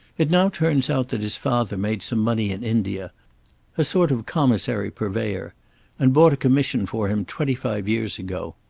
it now turns out that his father made some money in india a sort of commissary purveyor and bought a commission for him twenty-five years ago.